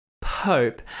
Pope